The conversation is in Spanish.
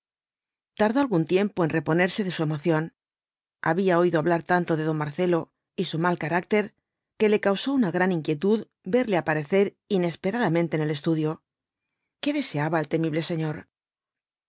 tardó algún tiempo en reponerse de su emoción había oído hablar tanto de don marcelo y su mal carácter que le causó una gran inquietud verle aparecer inesperadamente en el estudio qué deseaba el temible señor